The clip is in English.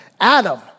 Adam